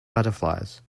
butterflies